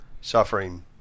suffering